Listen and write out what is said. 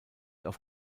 auf